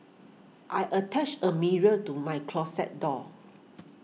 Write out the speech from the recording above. I attached a mirror to my closet door